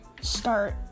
start